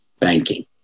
banking